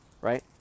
right